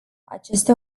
aceste